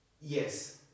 Yes